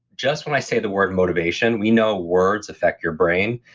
just when i say the word motivation, we know words affect your brain.